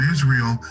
Israel